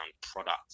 product